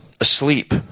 asleep